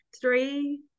three